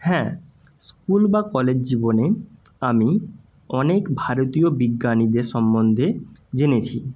হ্যাঁ স্কুল বা কলেজ জীবনে আমি অনেক ভারতীয় বিজ্ঞানীদের সম্বন্ধে জেনেছি